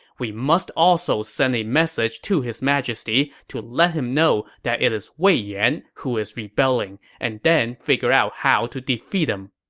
we must also send a message to his majesty to let him know that it is wei yan who is rebelling, and then figure out how to defeat him.